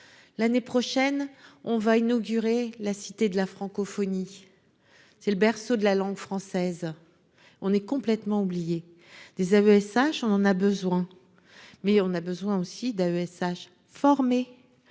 l'année prochaine on va inaugurer la Cité de la francophonie c'est le berceau de la langue française, on est complètement oublié des aveux SH, on en a besoin, mais on a besoin aussi d'AESH, formé,